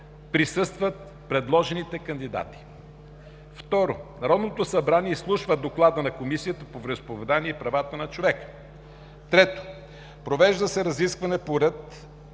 присъстват предложените кандидати. 2. Народното събрание изслушва доклада на Комисията по вероизповеданията и правата на човека. 3. Провеждат се разисквания по